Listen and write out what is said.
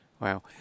Wow